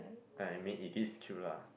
I mean it is cute lah